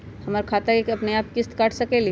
हमर खाता से अपनेआप किस्त काट सकेली?